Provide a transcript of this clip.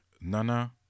Nana